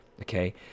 Okay